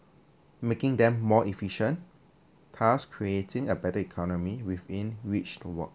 making them more efficient thus creating a better economy with mean which to work